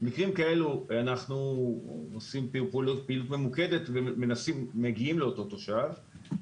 במקרים כאלה אנחנו עושים פעילות ממוקדת ומגיעים לאותו תושב.